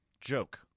joke